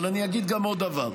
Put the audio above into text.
אבל אני אגיד גם עוד דבר.